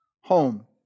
home